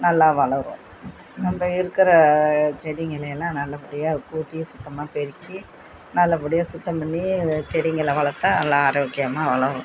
நல்லா வளரும் நம்ம இருக்கிற செடிங்களை எல்லாம் நல்லபடியாக கூட்டி சுத்தமாக பெருக்கி நல்லபடியாக சுத்தம் பண்ணி செடிங்களை வளர்த்தா நல்லா ஆரோக்கியமாக வளரும்